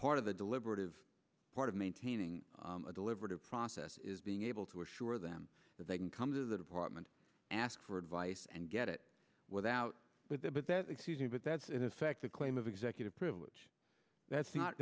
part of the deliberative part of maintaining a deliberative process is being able to assure them that they can come to the department ask for advice and get it without but the but that excuse me but that's in effect a claim of executive privilege that's not